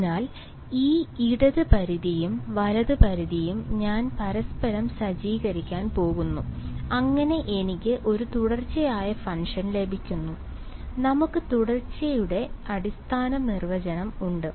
അതിനാൽ ഈ ഇടത് പരിധിയും വലത് പരിധിയും ഞാൻ പരസ്പരം സജ്ജീകരിക്കാൻ പോകുന്നു അങ്ങനെ എനിക്ക് ഒരു തുടർച്ചയായ ഫംഗ്ഷൻ ലഭിക്കുന്നു നമുക്ക് തുടർച്ചയുടെ അടിസ്ഥാന നിർവചനം ഉണ്ട്